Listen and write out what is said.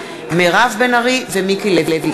גברתי המזכירה תקרא הודעה.